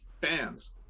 fans